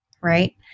right